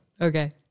Okay